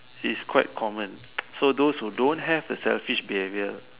it's quite common so those who don't have a selfish behaviour